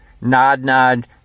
nod-nod